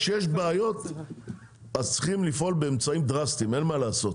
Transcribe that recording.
כשיש בעיות אז צריך לפעול באמצעים דרסטיים אין מה לעשות.